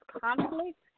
conflict